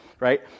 Right